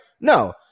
No